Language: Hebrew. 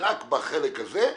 רק בחלק הזה,